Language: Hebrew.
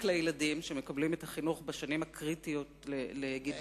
לילדים שמקבלים את החינוך בשנים הקריטיות לגידולם,